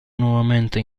nuovamente